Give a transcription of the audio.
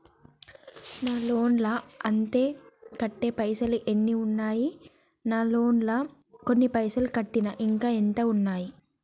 నా లోన్ లా అత్తే కట్టే పైసల్ ఎన్ని ఉన్నాయి నా లోన్ లా కొన్ని పైసల్ కట్టిన ఇంకా ఎంత ఉన్నాయి?